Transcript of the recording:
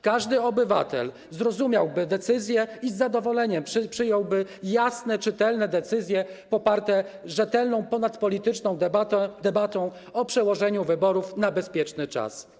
Każdy obywatel zrozumiałby decyzję i z zadowoleniem przyjąłby jasne, czytelne decyzje, poparte rzetelną, ponadpolityczną debatą o przełożeniu wyborów na bezpieczny czas.